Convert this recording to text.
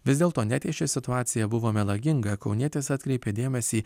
vis dėlto net jei ši situacija buvo melaginga kaunietis atkreipė dėmesį